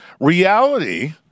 reality